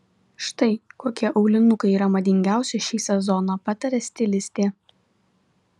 štai kokie aulinukai yra madingiausi šį sezoną pataria stilistė